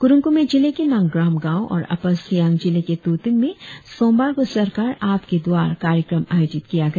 कुरुंग कुमे जिले के नांगग्राम गांव और अपर सियांग जिले के तुतींग में सोमवार को सरकार आपके द्वारा कार्यक्रम आयोजित किया गया